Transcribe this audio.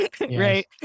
right